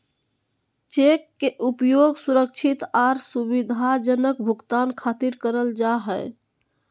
cheque के उपयोग सुरक्षित आर सुविधाजनक भुगतान खातिर करल जा हय